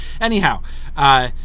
anyhow